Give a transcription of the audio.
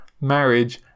marriage